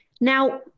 Now